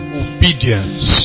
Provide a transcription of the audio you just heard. obedience